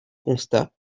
constat